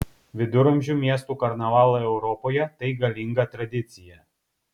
viduramžių miestų karnavalai europoje tai galinga tradicija